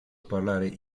parlare